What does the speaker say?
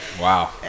Wow